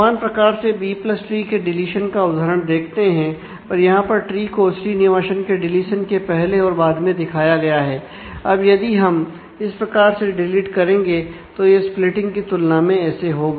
समान प्रकार से बी प्लस ट्री के डीलीशन का उदाहरण देखते हैं और यहां पर ट्री को श्रीनिवासन के डीलीशन के पहले और बाद में दिखाया गया है अब यदि हम इस प्रकार से डिलीट करेंगे तो यह स्प्लिटिंग की तुलना में ऐसे होगा